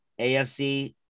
AFC